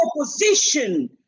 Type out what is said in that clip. opposition